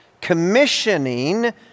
commissioning